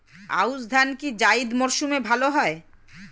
আউশ ধান কি জায়িদ মরসুমে ভালো হয়?